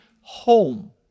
home